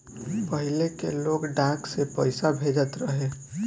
पहिले के लोग डाक से पईसा भेजत रहे